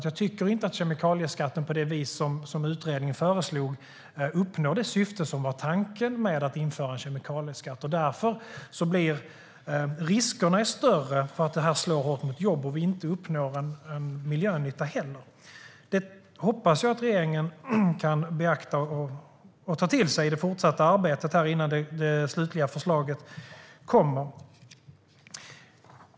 Jag tycker inte att kemikalieskatten, på det vis som utredningen föreslog, uppnår det som var tanken. Riskerna är stora för att det här kommer att slå hårt mot jobben och för att det inte heller kommer att leda till miljönytta. Jag hoppas att regeringen kan beakta det och ta det till sig i det fortsatta arbetet, innan det slutliga förslaget kommer.